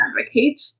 advocate